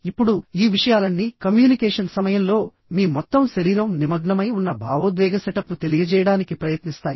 ఇప్పుడుఈ విషయాలన్నీ కమ్యూనికేషన్ సమయంలో మీ మొత్తం శరీరం నిమగ్నమై ఉన్న భావోద్వేగ సెటప్ను తెలియజేయడానికి ప్రయత్నిస్తాయి